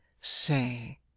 Say